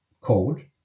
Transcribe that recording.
code